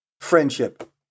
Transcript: friendship